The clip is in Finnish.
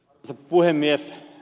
arvoisa puhemies